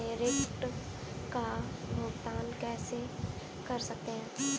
घर से ऋण का भुगतान कैसे कर सकते हैं?